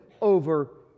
over